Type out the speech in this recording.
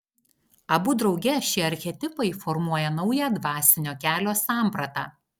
abu drauge šie archetipai formuoja naują dvasinio kelio sampratą